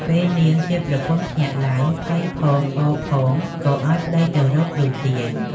ពេលនាងជាប្រពន្ធភ្ញាក់ឡើងភ័យផងអរផងក៏ឲ្យប្ដីទៅរកគ្រូទាយ ។